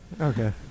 okay